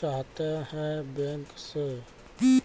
चाहते हैं बैंक से?